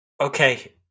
Okay